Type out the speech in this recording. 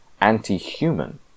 anti-human